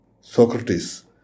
Socrates